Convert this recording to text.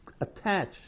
attached